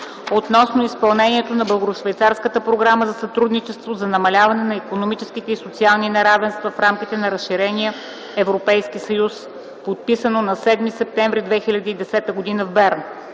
относно изпълнението на Българо-швейцарската програма за сътрудничество, за намаляване на икономическите и социалните неравенства в рамките на разширения Европейски съюз, подписано на 7 септември 2010 г. в Берн.